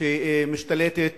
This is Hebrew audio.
שמשתלטת